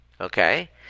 okay